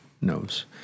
knows